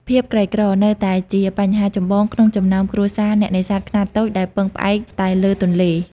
ភាពក្រីក្រ នៅតែជាបញ្ហាចម្បងក្នុងចំណោមគ្រួសារអ្នកនេសាទខ្នាតតូចដែលពឹងផ្អែកតែលើទន្លេ។